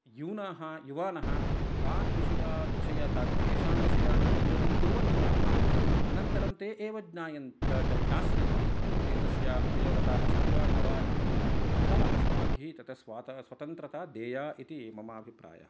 यूनाः युवानः तान् विषय विषय तेषां विषयानाम् उपयोगं कुर्वन्तु नाम अनन्तरं ते एव ज्ञायन् ज्ञास्यन्ति एतस्य उपयोगता अस्ति वा न वा इति तथा अस्माभिः तत स्वात स्वतन्त्रता देया इति मम अभिप्रायः